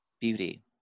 beauty